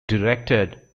directed